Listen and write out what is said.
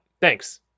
Thanks